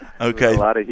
Okay